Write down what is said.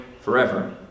forever